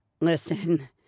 listen—